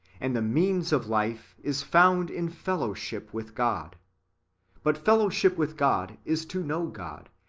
and the means of life is found in fellowship with god but fellow ship with god is to know god,